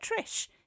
Trish